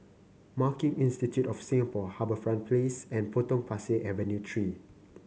Marketing Institute of Singapore HarbourFront Place and Potong Pasir Avenue Three